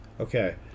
Okay